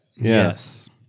Yes